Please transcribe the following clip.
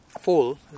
Full